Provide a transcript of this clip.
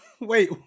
wait